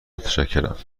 متشکرم